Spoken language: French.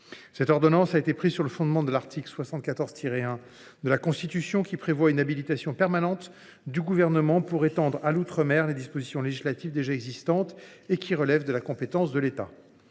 Cette ordonnance a été prise sur le fondement de l’article 74 1 de la Constitution, qui prévoit une habilitation permanente du Gouvernement pour étendre à l’outre mer les dispositions législatives déjà existantes et qui relèvent de la compétence de l’État.